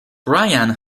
brian